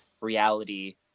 reality